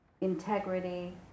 integrity